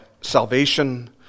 salvation